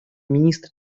министра